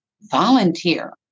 volunteer